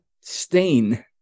stain